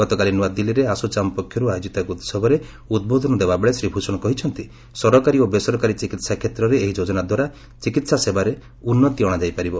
ଗତକାଲି ନୂଆଦିଲ୍ଲୀରେ ଆସୋଚାମ୍ ପକ୍ଷରୁ ଆୟୋଜିତ ଏକ ଉହବରେ ଉଦ୍ବୋଧନ ଦେବା ବେଳେ ଶ୍ରୀ ଭୂଷଣ କହିଛନ୍ତି ସରକାରୀ ଓ ବେସରକାରୀ ଚିକିତ୍ସା କ୍ଷେତ୍ରରେ ଏହି ଯୋଜନା ଦ୍ୱାରା ଚିକିତ୍ସା ସେବାରେ ଉନ୍ନତି ଅଣାଯାଇ ପାରିବ